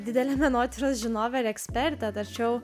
didelė menotyros žinovė ir ekspertė tačiau